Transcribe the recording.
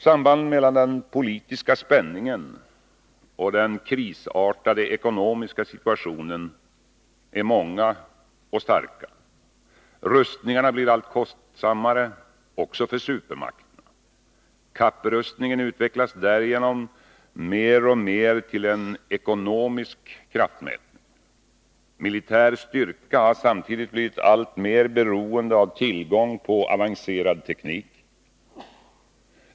Sambanden mellan den politiska spänningen och den krisartade ekonomiska situationen är många och starka. Rustningarna blir allt kostsammare, även för supermakterna. Kapprustningen utvecklas därigenom mer och mer till en ekonomisk kraftmätning. Militär styrka har samtidigt blivit alltmer beroende av tillgång på avancerad teknik.